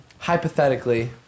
Hypothetically